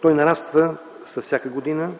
Той нараства с всяка година.